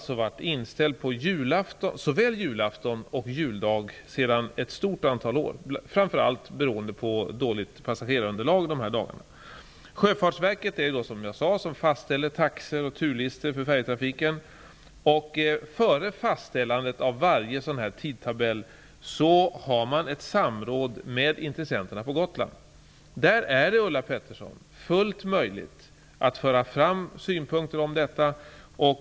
Som jag sade är det Sjöfartsverket som fastställer taxor och turlistor för färjetrafiken. Före fastställandet av varje tidtabell har man ett samråd med intressenterna på Gotland. Där är det, Ulla Pettersson, fullt möjligt att föra fram synpunkter om detta.